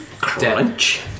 crunch